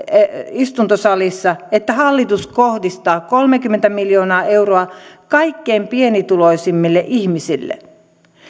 istuntosalissa että hallitus kohdistaa kolmekymmentä miljoonaa euroa kaikkein pienituloisimmille ihmisille